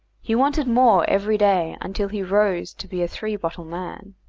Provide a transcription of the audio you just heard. he wanted more every day, until he rose to be a three-bottle man.